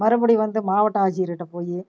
மறுபடியும் வந்து மாவட்ட ஆட்சியர்கிட்ட போய்